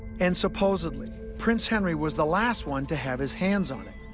and supposedly, prince henry was the last one to have his hands on it.